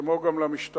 כמו גם למשטרה,